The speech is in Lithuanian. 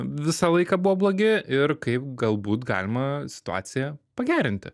visą laiką buvo blogi ir kaip galbūt galima situaciją pagerinti